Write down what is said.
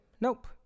nope